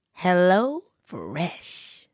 HelloFresh